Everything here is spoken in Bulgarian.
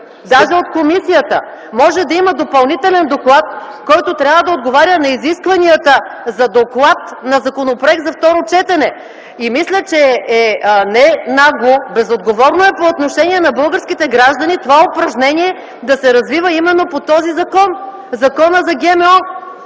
даже от комисията! Може да има допълнителен доклад, който трябва да отговаря на изискванията за доклад по законопроект за второ четене. Мисля, че не е нагло, безотговорно е по отношение на българските граждани това упражнение да се развива именно по този закон – Законът за ГМО,